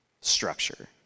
structure